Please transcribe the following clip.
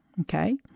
Okay